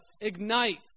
Ignite